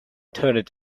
turned